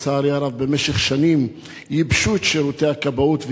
לצערי הרב במשך שנים ייבשו את שירותי הכבאות,